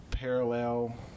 Parallel